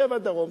שבע דרום.